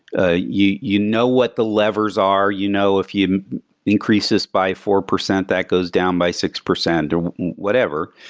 ah you you know what the levers are, you know if you increase this by four percent, that goes down by six percent, or whatever.